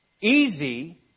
easy